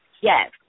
Yes